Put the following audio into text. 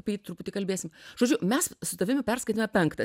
apie jį truputį kalbėsim žodžiu mes su tavimi perskaitėme penktą